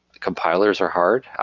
compilers are hard.